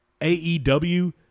AEW